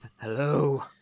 Hello